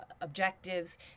objectives